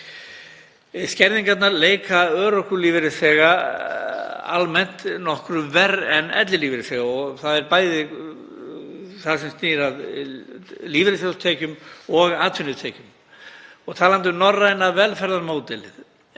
Skerðingarnar leika örorkulífeyrisþega almennt nokkru verr en ellilífeyrisþega og það er bæði það sem snýr að lífeyrissjóðstekjum og atvinnutekjum. Og talandi um norræna velferðarmódelið